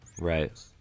right